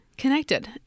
Connected